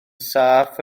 saff